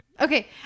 Okay